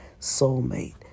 soulmate